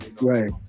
Right